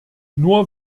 nur